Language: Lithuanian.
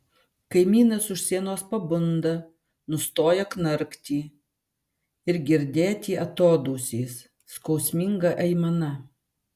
kaimynas už sienos pabunda nustoja knarkti ir girdėti atodūsis skausminga aimana